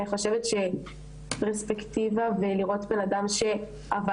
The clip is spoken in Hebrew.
אני חושבת שלקבל פרספקטיבה ולראות בן אדם שעבר